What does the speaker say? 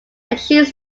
achieves